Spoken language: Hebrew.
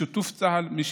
בשיתוף צה"ל.